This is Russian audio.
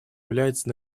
является